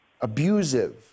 abusive